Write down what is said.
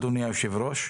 אדוני היושב-ראש,